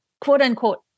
quote-unquote